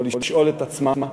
או לשאול את עצמה,